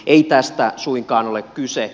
ei tästä suinkaan ole kyse